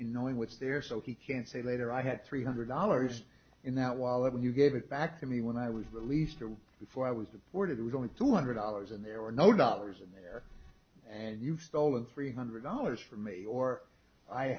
in knowing what's there so he can say later i had three hundred dollars in that wallet when you gave it back to me when i was released before i was deported it was going to hundred dollars and there were no dollars in there and you've stolen three hundred dollars from me or i